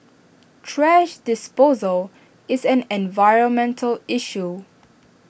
thrash disposal is an environmental issue